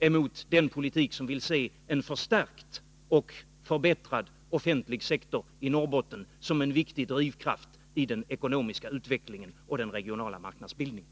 emot den politik som vill se en förstärkt och förbättrad offentlig sektor i Norrbotten som en viktig drivkraft i den ekonomiska utvecklingen och den regionala marknadsbildningen.